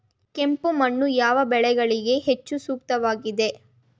ಕೆಂಪು ಮಣ್ಣು ಯಾವ ಬೆಳೆಗಳಿಗೆ ಹೆಚ್ಚು ಸೂಕ್ತವಾಗಿದೆ?